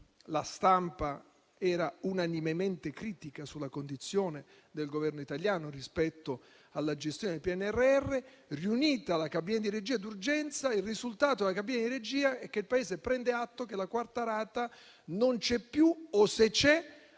la stampa era unanimemente critica sulla condizione del Governo italiano rispetto alla gestione del PNRR. Il risultato della cabina di regia è che il Paese prende atto che la quarta rata non c'è più o, se c'è,